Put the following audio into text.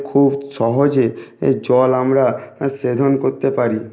খুব সহজে জল আমরা শোধন করতে পারি